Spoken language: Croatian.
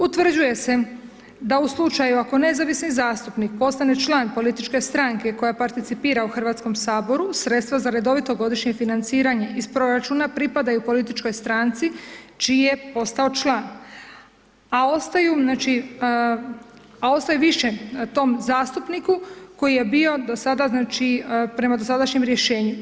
Utvrđuje se da u slučaju ako nezavisni zastupnik postane član političke stranke koja participira u HS-u sredstva za redovito godišnje financiranje iz proračuna, pripadaju političkoj stranci čiji je postao član, a ostaju, znači, a ostaju više tom zastupniku koji je bio do sada, znači, prema dosadašnjem rješenju.